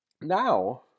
now